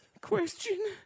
question